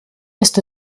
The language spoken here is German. ist